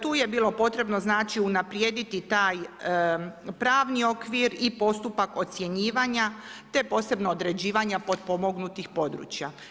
Tu je bilo potrebno unaprijediti taj pravni okvir i postupak ocjenjivanja, te posebno određivanja potpomognutih područja.